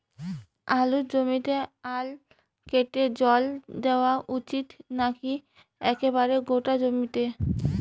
আলুর জমিতে আল কেটে জল দেওয়া উচিৎ নাকি একেবারে গোটা জমিতে?